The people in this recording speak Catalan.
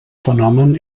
fenomen